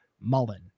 mullen